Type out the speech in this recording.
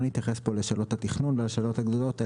לא נתייחס פה לשאלות התכנון ולשאלות הגדולות,